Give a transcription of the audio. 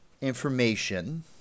information